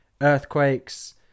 earthquakes